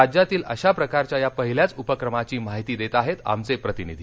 राज्यातील अशा प्रकारच्या या पहिल्याच उपक्रमाची माहिती देत आहेत आमचे प्रतिनिधी